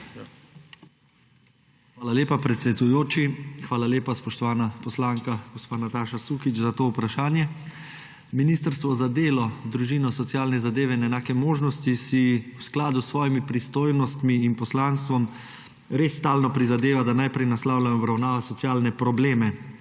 Hvala lepa, predsedujoči. Hvala lepa, spoštovana poslanka gospa Nataša Sukič, za to vprašanje. Ministrstvo za delo, družino, socialne zadeve in enake možnosti si v skladu s svojimi pristojnostmi in poslanstvom res stalno prizadeva, da najprej naslavlja in obravnava socialne probleme